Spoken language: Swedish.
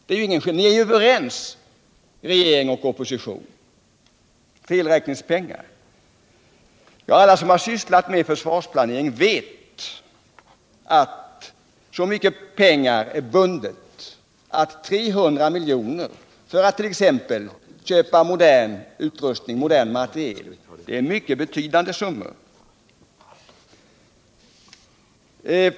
Ni är ju överens, regering och opposition — det är bara felräkningspengar, menar man. Ja, alla som har sysslat med försvarsplanering vet att så mycket pengar är bundna att 300 miljoner i fritt utrymme för att t.ex. köpa utrustning, modern materiel, är mycket betydande summor.